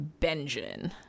Benjin